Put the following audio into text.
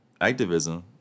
Activism